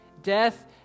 Death